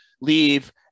leave